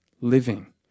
living